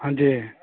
हँ जी